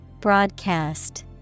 Broadcast